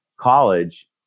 college